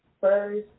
first